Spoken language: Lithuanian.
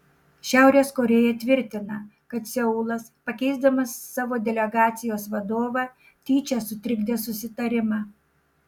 šiaurės korėja tvirtina kad seulas pakeisdamas savo delegacijos vadovą tyčia sutrikdė susitarimą